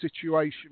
situation